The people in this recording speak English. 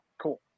Cool